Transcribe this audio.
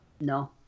No